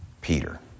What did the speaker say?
Peter